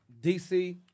DC